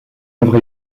œuvre